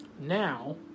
Now